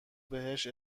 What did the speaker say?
بهش